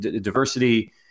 diversity